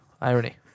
Irony